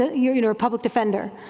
ah you're you know a public defender.